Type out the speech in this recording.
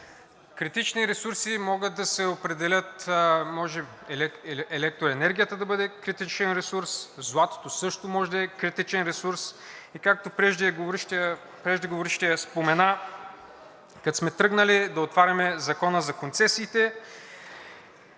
критични ресурси могат да се определят – може електроенергията да бъде критичен ресурс, златото също може да е критичен ресурс. Както преждеговорившият спомена, като сме тръгнали да отваряме Закона за концесиите